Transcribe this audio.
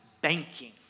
banking